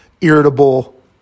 irritable